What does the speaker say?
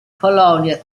polonia